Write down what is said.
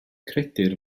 credir